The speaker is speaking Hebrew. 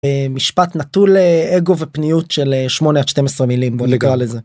משפט נטול אגו ופניות של 8 עד 12 מילים בוא נקרא לזה.